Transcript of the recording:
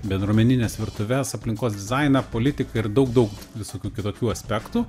bendruomenines virtuves aplinkos dizainą politiką ir daug daug visokių kitokių aspektų